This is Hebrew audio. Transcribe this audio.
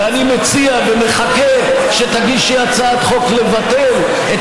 ואני מציע ומחכה שתגישי הצעת חוק לבטל את